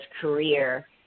career